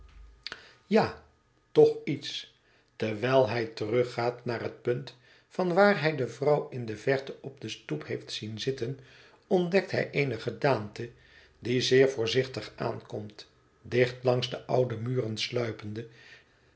ja toch iets terwijl hij teruggaat naar het punt van waar hij de vrouw in de verte op de stoep heeft zien zitten ontdekt hij eene gedaante die zeer voorzichtig aankomt dicht langs de oude muren sluipende